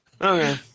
Okay